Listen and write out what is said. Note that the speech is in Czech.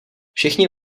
všichni